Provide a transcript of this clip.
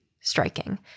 striking